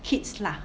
kids lah